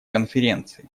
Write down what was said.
конференции